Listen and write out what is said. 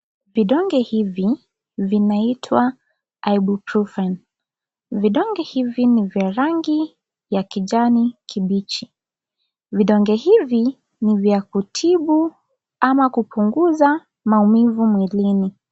Vidonge hivi vinaitwa Ibuprofen. Vidonge hivi ni vya rangi ya kijani kibichi. Vidonge hivi ni vya kutibu ama kupunguza maumivu mwilini.